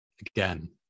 again